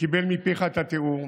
שקיבל מפיך את התיאור,